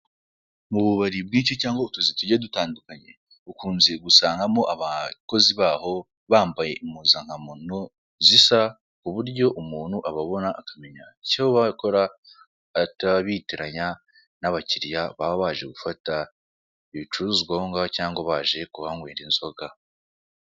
Mu bubari bwinshi cyangwa utuzi tugiye dutandukanye ukunze gusangamo abakozi baho bambaye impuzankano zisa ku buryo umuntu ababona akamenya icyo bakora atabitiranya n'abakiriya baba baje gufata ibicuruzwa aho ngaho cyangwa baje kuhanywera inzoga.